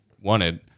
wanted